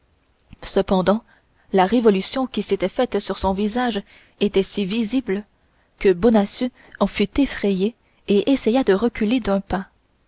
cependant la révolution qui s'était faite sur son visage était si visible que bonacieux en fut effrayé et essaya de reculer d'un pas